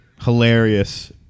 Hilarious